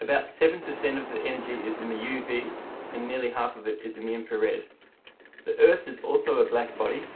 about seven percent of the energy is in the uv and nearly half of it is in the infrared the earth is also a blackbody